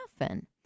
often